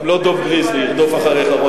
גם לא ירדוף אחריך דוב גריזלי,